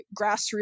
grassroots